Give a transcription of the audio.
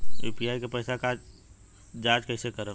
UPI के पैसा क जांच कइसे करब?